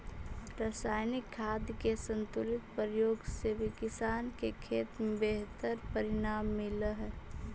रसायनिक खाद के संतुलित प्रयोग से भी किसान के खेत में बेहतर परिणाम मिलऽ हई